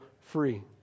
free